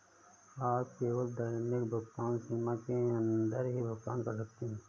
आप केवल दैनिक भुगतान सीमा के अंदर ही भुगतान कर सकते है